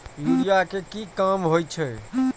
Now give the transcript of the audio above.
Urea के की काम होई छै?